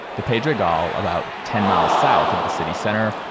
the pedregal, about ten miles south of the city center,